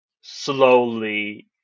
slowly